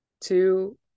two